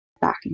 back